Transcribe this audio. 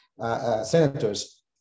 senators